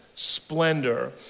splendor